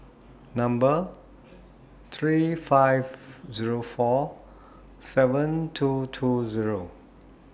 Number three five Zero four seven two two Zero